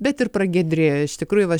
bet ir pragiedrėjo iš tikrųjų va